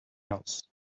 else